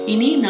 Ini